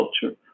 culture